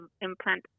implant